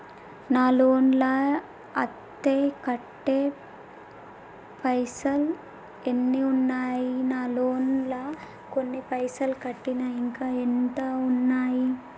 నా లోన్ లా అత్తే కట్టే పైసల్ ఎన్ని ఉన్నాయి నా లోన్ లా కొన్ని పైసల్ కట్టిన ఇంకా ఎంత ఉన్నాయి?